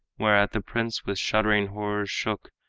whereat the prince with shuddering horror shook,